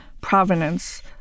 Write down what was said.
Provenance